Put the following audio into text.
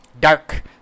dark